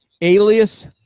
Alias